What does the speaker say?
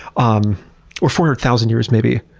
um or four hundred thousand years maybe.